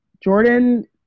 Jordan